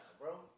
Bro